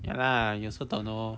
ya lah you also don't know